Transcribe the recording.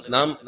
Nam